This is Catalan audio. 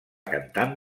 cantant